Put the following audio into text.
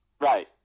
Right